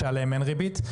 ועליהם אין ריבית.